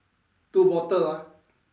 two bottle ah